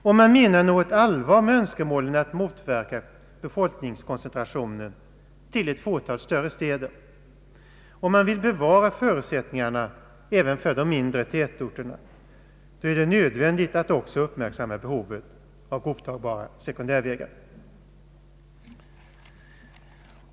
Om man menar något allvar med önskemålen att motverka = befolkningskoncentrationen till ett fåtal större städer och om man vill bevara förutsättningarna även för de mindre tätorterna, är det nödvändigt att också uppmärksamma behovet av godtagbara sekundärvägar.